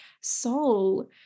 soul